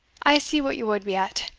i see what ye wad be at